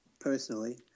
personally